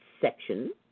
section